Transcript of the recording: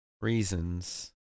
reasons